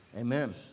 Amen